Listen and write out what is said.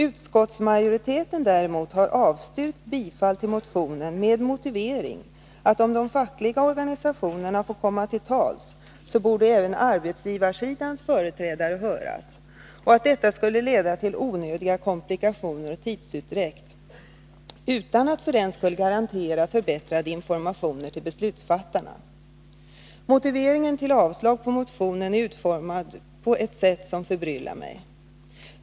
Utskottsmajoriteten däremot har avstyrkt bifall till motionen med motivering att om de fackliga organisationerna får komma till tals, så borde även arbetsgivarsidans företrädare höras och att detta skulle leda till onödiga komplikationer och tidsutdräkt utan att för den skull garantera förbättrade informationer till beslutsfattarna. Motiveringen till avslag på motionen är utformad på ett sätt som förbryllar mig.